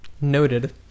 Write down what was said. Noted